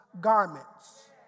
garments